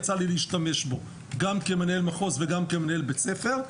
יצא לי להשתמש בו גם כמנהל מחוז וגם כמנהל בית ספר,